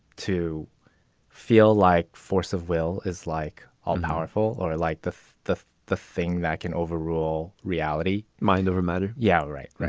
to feel like force of will is like all powerful or like the the the thing that can overrule reality. mind over matter. yeah. right. right.